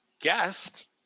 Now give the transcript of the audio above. guest